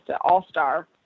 all-star